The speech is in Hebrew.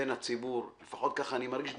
בין הציבור לפחות כך אני מרגיש.